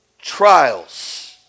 trials